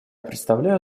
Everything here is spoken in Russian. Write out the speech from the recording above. предоставляю